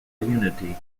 unity